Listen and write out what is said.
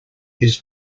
his